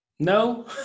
No